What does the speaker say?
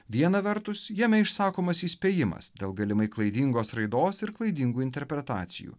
viena vertus jame išsakomas įspėjimas dėl galimai klaidingos raidos ir klaidingų interpretacijų